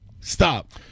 stop